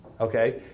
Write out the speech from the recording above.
okay